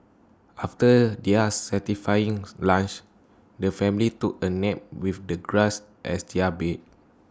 after their satisfying lunch the family took A nap with the grass as their bed